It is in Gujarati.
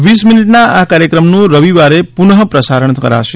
વીસ મિનીટના આ કાર્યક્રમનું રવિવારે પુનઃ પ્રસારણ કરાશે